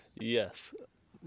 Yes